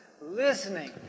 listening